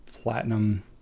Platinum